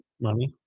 money